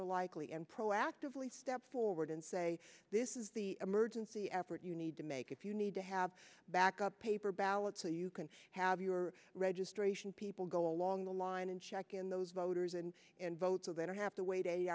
are likely and proactively step forward and say this is the emergency effort you need to make if you need to have backup paper ballots so you can have your registration people go along the line and check in those voters and and vote so they don't have to wait